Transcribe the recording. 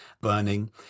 burning